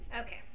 okay